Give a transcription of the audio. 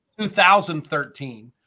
2013